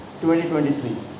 2023